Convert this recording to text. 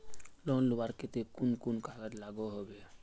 Loan लुबार केते कुन कुन कागज लागोहो होबे?